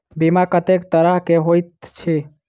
बीमा कत्तेक तरह कऽ होइत छी?